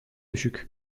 düşük